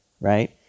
right